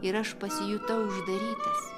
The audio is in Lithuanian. ir aš pasijutau uždarytas